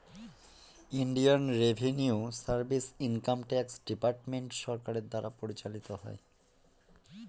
Indian revenue service income tax department সরকারের দ্বারা পরিচালিত হয়